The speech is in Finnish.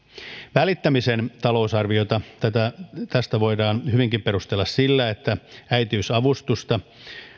välittämisen talousarviota voidaan hyvinkin perustella sillä että äitiysavustusta